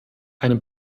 eine